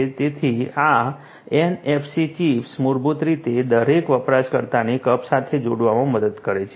તેથી આ NFC chips મૂળભૂત રીતે દરેક વપરાશકર્તાને કપ સાથે જોડવામાં મદદ કરે છે